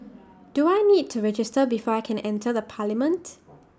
do I need to register before I can enter the parliament